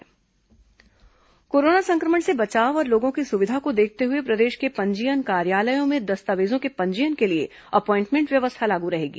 दस्तावेज पंजीयन appointment corona संक्रमण से बचाव और लोगों की सुविधा को देखते हुए प्रदेश के पंजीयन कार्यालयों में दस्तावेजों के पंजीयन के लिए अपॉइमेंट व्यवस्था लागू रहेगी